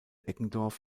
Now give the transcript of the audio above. eggendorf